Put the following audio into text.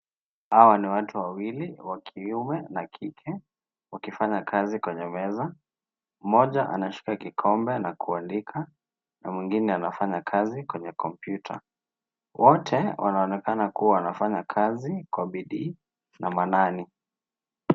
Hawa ni watu wawili wa kiume na kike wakifanya kazi kwenye meza. Mmoja anashika kikombe na kuandika na mwingine anafanya kazi kwenye kompyuta. Wote wanaonekana kuwa wanafanya kazi kwa bidii na maanani.